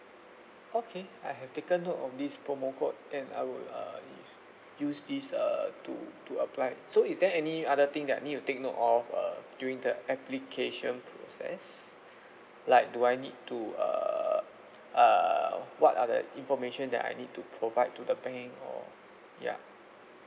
okay I have taken note of this promo code and I will uh use this uh to to apply so is there any other thing that I need to take note of uh during the application process like do I need to err err what are the information that I need to provide to the bank or yup